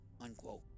Unquote